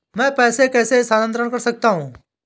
मैं पैसे कैसे स्थानांतरण कर सकता हूँ?